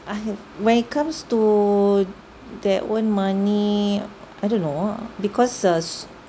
I have when it comes to their own money I don't know because uh